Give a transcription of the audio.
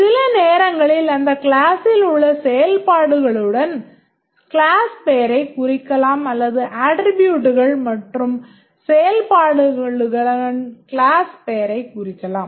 சில நேரங்களில் அந்த கிளாசில் உள்ள செயல்பாடுகளுடன் கிளாஸ் பெயரைக் குறிக்கலாம் அல்லது அட்ட்ரிபூட்ஸ் மற்றும் செயல்பாடுகளுடன் கிளாஸ் பெயரைக் குறிக்கலாம்